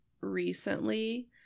recently